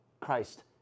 Christ